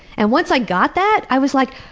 and once i got that, i was like,